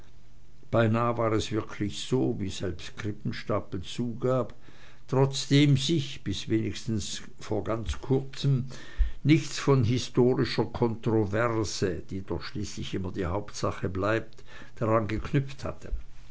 beinah war es wirklich so wie selbst krippenstapel zugab trotzdem sich bis wenigstens ganz vor kurzem nichts von historischer kontroverse die doch schließlich immer die hauptsache bleibt daran geknüpft hatte